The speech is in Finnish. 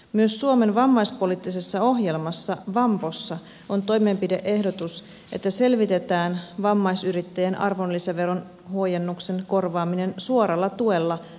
myös suomen vammaispoliittisessa ohjelmassa vampossa on toimenpide ehdotus että selvitetään vammaisyrittäjien arvonlisäveron huojennuksen korvaaminen suoralla tuella vammaisyrittäjille